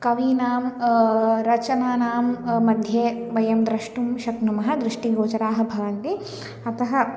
कवीनां रचनानां मध्ये वयं द्रष्टुं शक्नुमः दृष्टि गोचराः भवन्ति अतः